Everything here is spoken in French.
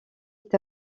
est